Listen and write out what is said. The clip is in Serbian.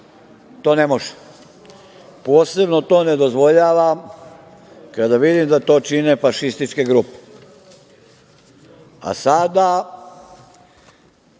to ne može. Posebno to ne dozvoljavam kada vidim da to čine fašističke grupe. Sada